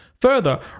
Further